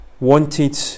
wanted